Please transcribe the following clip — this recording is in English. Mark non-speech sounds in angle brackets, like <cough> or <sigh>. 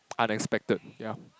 <noise> unexpected ya